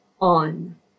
on